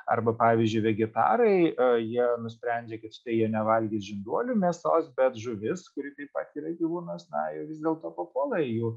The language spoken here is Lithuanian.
arba pavyzdžiui vegetarai jie nusprendžia kad štai jie nevalgys žinduolių mėsos bet žuvis kuri taip pat yra gyvūnas na ji vis dėlto papuola į jų